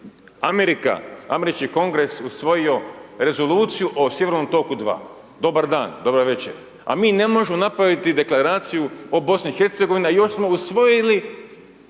Amerika, američki Kongres usvojio rezoluciju o Sjevernom toku II, dobar dan-dobro veče, a mi ne možemo napraviti deklaraciju o Bosni i Hercegovini, a još smo usvojili